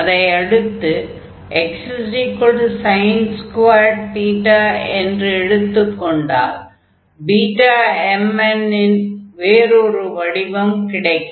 அதையடுத்து x என்று எடுத்துக் கொண்டால் Bmn இன் வேறொரு வடிவம் கிடைக்கும்